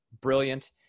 brilliant